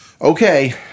okay